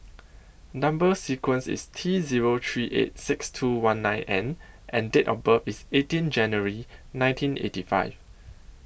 Number sequence IS T Zero three eight six two one nine N and Date of birth IS eighteen January nineteen eighty five